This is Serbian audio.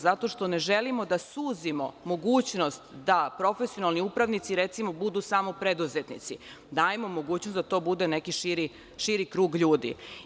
Zato što ne želimo da suzimo mogućnost da profesionalni upravnici budu recimo samo preduzetnici, dajemo mogućnost da to bude neki širi krug ljudi.